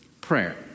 prayer